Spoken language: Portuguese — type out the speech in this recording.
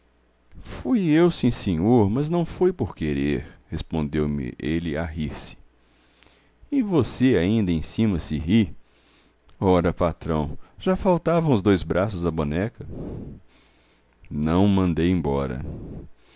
fui eu sim senhor mas não foi por querer respondeu-me ele a rir-se e você ainda em cima se ri ora patrão já faltavam os dois braços à boneca não o mandei embora